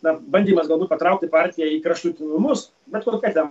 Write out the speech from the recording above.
na bandymas galbūt patraukti partiją į kraštutinumus bet kol kas jam